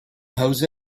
jose